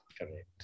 Correct